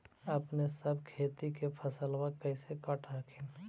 अपने सब खेती के फसलबा कैसे काट हखिन?